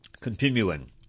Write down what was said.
Continuing